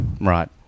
Right